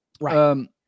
Right